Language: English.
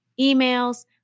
emails